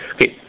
Okay